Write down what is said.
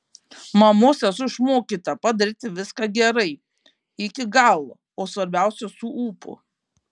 mamos esu išmokyta padaryti viską gerai iki galo o svarbiausia su ūpu